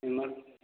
amount